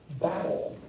battle